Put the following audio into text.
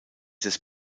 des